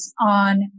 on